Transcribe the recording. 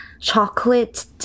chocolate